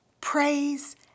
praise